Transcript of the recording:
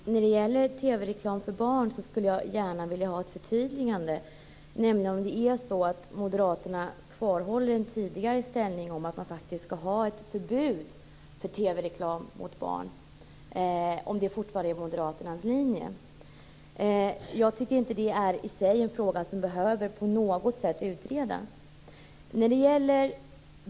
Herr talman! När det gäller TV-reklam för barn skulle jag gärna vilja ha ett förtydligande, nämligen om moderaterna vidhåller sin tidigare inställning om att man faktiskt skall ha ett förbud mot TV-reklam riktad till barn. Är det fortfarande moderaternas linje? Jag tycker inte att frågan i sig behöver utredas.